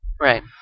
Right